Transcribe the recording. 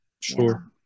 sure